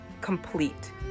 complete